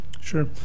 sure